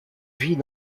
vit